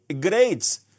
grades